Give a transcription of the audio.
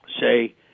say